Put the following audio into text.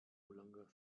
longer